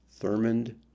Thurmond